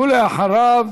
ואחריו